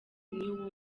new